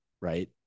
Right